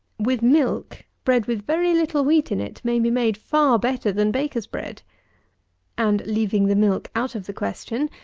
with milk, bread with very little wheat in it may be made far better than baker's bread and, leaving the milk out of the question,